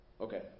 Okay